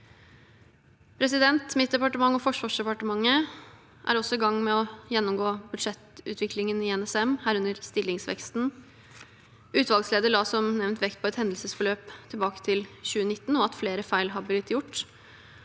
stillinger. Mitt departement og Forsvarsdepartementet er også i gang med å gjennomgå budsjettutviklingen i NSM, herunder stillingsveksten. Utvalgslederen la som nevnt vekt på et hendelsesforløp tilbake til 2019, og at flere feil har blitt gjort.